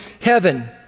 heaven